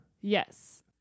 Yes